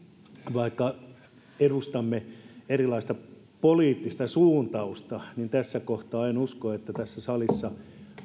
vaikka edustamme erilaista poliittista suuntausta niin tässä kohtaa en usko että tässä salissa